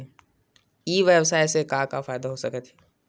ई व्यवसाय से का का फ़ायदा हो सकत हे?